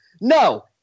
No